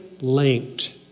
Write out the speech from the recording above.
linked